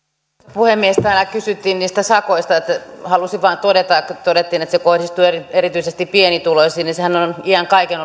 puhemies kun täällä kysyttiin niistä sakoista niin halusin vain todeta kun todettiin että se kohdistuu erityisesti pienituloisiin että se alin sakkohan on iän kaiken